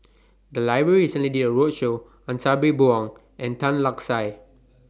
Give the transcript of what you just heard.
The Library recently did A roadshow on Sabri Buang and Tan Lark Sye